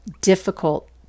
difficult